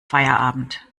feierabend